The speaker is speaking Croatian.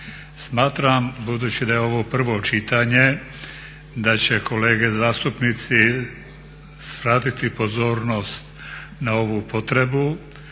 Smatram budući da je ovo prvo čitanje da će kolege zastupnici svratiti pozornost na ovu potrebu